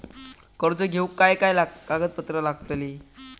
कर्ज घेऊक काय काय कागदपत्र लागतली?